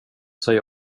sig